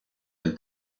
del